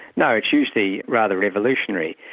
no, it's usually rather revolutionary.